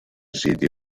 siti